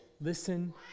listen